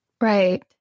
Right